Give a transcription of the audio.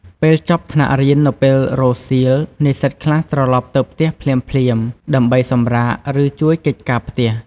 ពេលចប់ថ្នាក់រៀននៅពេលរសៀល និស្សិតខ្លះ ត្រឡប់ទៅផ្ទះភ្លាមៗ ដើម្បីសម្រាក ឬជួយកិច្ចការផ្ទះ។